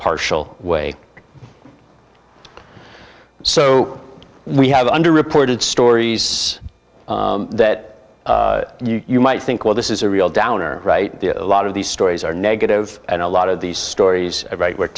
partial way so we have under reported stories that you might think well this is a real downer right a lot of these stories are negative and a lot of these stories right where